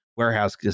warehouse